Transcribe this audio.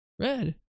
Red